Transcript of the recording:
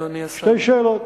שתי שאלות.